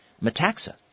Metaxa